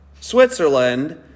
Switzerland